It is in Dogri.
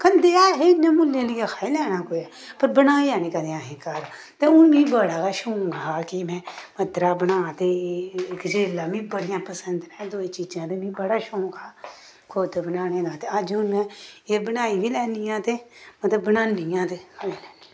खंदे ऐ हे इ'यां मुल्लैं लेइयै खाई लैना कुदैं पर बनाया निं कदें अहें घर ते हुन मिगी बड़ा गै शौंक हा कि में मद्दरा बनां ते गजरेला मिगी बड़ियां पसंद न एह् दोऐ चीजां ते मी बड़ा शौंक हा खुद बनाने दा ते अज्ज हून में एह् बनाई बी लैन्नी आं ते मतलब बनानी आं ते